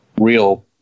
real